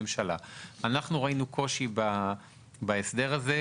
אנחנו ראינו קושי בהסדר הזה,